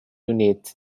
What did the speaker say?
unit